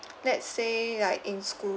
let's say like in scho~